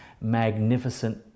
magnificent